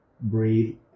breathe